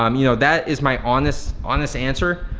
um you know that is my honest, honest answer.